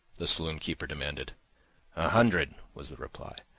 the saloon-keeper demanded. a hundred, was the reply.